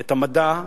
את המדע,